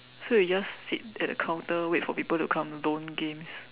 so we just sit at the counter wait for people to come loan games